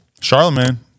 Charlemagne